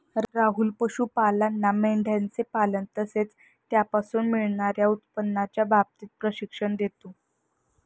राहुल पशुपालांना मेंढयांचे पालन तसेच त्यापासून मिळणार्या उत्पन्नाच्या बाबतीत प्रशिक्षण देतो